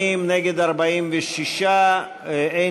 של קבוצת סיעת הרשימה המשותפת וקבוצת סיעת מרצ לסעיף 5 לא נתקבלה.